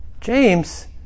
James